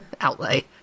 outlay